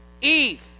Eve